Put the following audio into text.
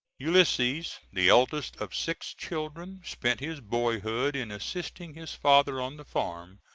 ulysses, the eldest of six children, spent his boyhood in assisting his father on the farm,